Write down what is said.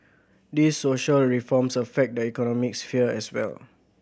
these social reforms affect the economic sphere as well